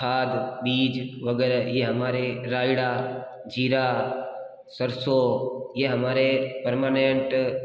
खाद बीज वगैरह ये हमारे रायता जीरा सरसों यह हमारे परमानेंट